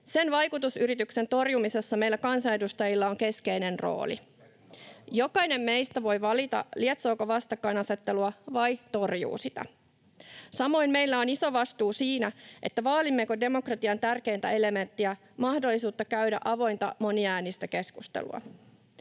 Sen vaikutusyrityksen torjumisessa meillä kansanedustajilla on keskeinen rooli. Jokainen meistä voi valita, lietsooko vastakkainasettelua vai torjuu sitä. Samoin meillä on iso vastuu siinä, vaalimmeko demokratian tärkeintä elementtiä, mahdollisuutta käydä avointa moniäänistä keskustelua.